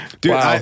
Dude